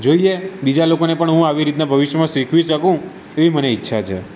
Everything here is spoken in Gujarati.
જોઈએ બીજા લોકોને પણ હું આવી રીતના ભવિષ્યમાં શીખવી શકું એવી મને ઈચ્છા છે